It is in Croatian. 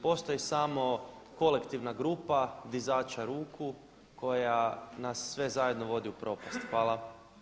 Postoji samo kolektivna grupa dizača ruku koja nas sve zajedno vodi u propast.